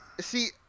see